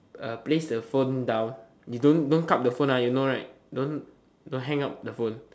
uh place the phone down you don't don't the phone ah you know right don't don't hang up the phone